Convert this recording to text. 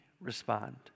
respond